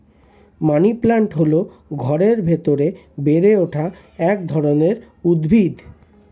money plant হল ঘরের ভেতরে বেড়ে ওঠা এক ধরনের উদ্ভিদ